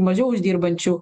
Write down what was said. mažiau uždirbančių